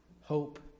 hope